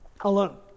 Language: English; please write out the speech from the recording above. alone